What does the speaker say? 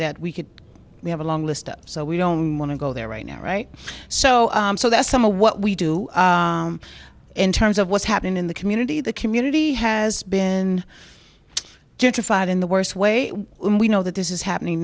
that we could we have a long list so we don't want to go there right now right so so that's some a what we do in terms of what's happening in the community the community has been gentrified in the worst way we know that this is happening